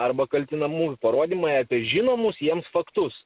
arba kaltinamųjų parodymai apie žinomus jiems faktus